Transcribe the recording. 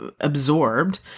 absorbed